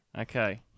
Okay